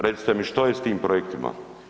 Recite mi, što je s tim projektima.